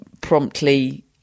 promptly